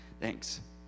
Thanks